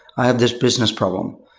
i have this business problem.